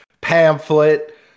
pamphlet